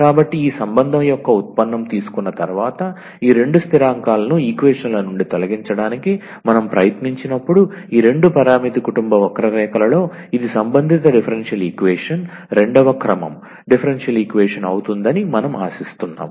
కాబట్టి ఈ సంబంధం యొక్క ఉత్పన్నం తీసుకున్న తరువాత ఈ రెండు స్థిరాంకాలను ఈక్వేషన్ ల నుండి తొలగించడానికి మనం ప్రయత్నించినప్పుడు ఈ రెండు పరామితి కుటుంబ వక్రరేఖలలో ఇది సంబంధిత డిఫరెన్షియల్ ఈక్వేషన్ రెండవ క్రమం డిఫరెన్షియల్ ఈక్వేషన్ అవుతుందని మనం ఆశిస్తున్నాము